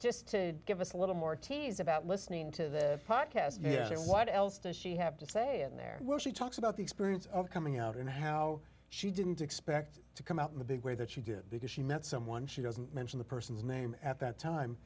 said give us a little more tease about listening to the podcast yeah what else does she have to say in there where she talks about the experience of coming out and how she didn't expect to come out in the big way that she did because she met someone she doesn't mention the person's name at that time